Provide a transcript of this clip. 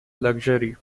luxury